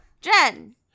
jen